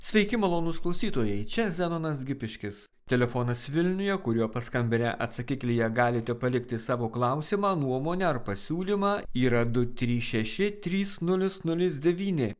sveiki malonūs klausytojai čia zenonas gipiškis telefonas vilniuje kuriuo paskambinę atsakiklyje galite palikti savo klausimą nuomonę ar pasiūlymą yra du trys šeši trys nulis nulis devyni